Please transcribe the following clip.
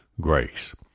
grace